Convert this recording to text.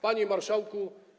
Panie Marszałku!